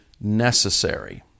necessary